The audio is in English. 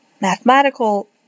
mathematical